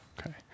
Okay